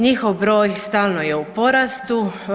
Njihov broj stalno je u porastu.